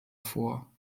vor